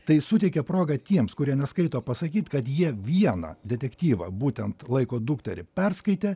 tai suteikia progą tiems kurie neskaito pasakyt kad jie vieną detektyvą būtent laiko dukterį perskaitė